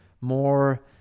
more